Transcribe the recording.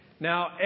Now